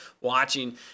watching